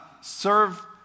serve